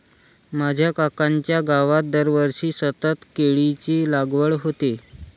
माझ्या काकांच्या गावात दरवर्षी सतत केळीची लागवड होते